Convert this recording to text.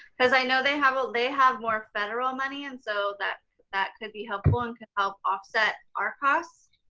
cause i know, they have ah they have more federal money and so that that could be helpful and could help offset our costs.